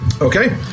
Okay